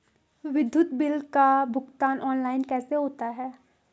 विद्युत बिल का भुगतान ऑनलाइन कैसे होता है?